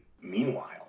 Meanwhile